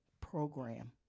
program